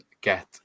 get